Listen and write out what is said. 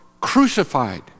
crucified